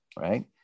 Right